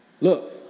Look